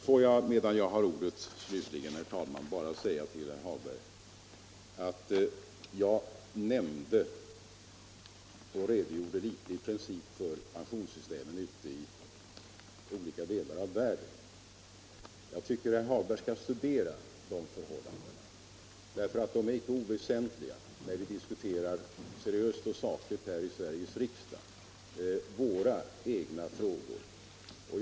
Får jag, medan jag har ordet, också säga till herr Hagberg i Borlänge att jag redogjorde litet i princip för pensionssystemen i olika delar av världen. Jag tycker att herr Hagberg skall studera dessa förhållanden, för de är icke oväsentliga när vi diskuterar våra egna frågor seriöst och sakligt här i Sveriges riksdag.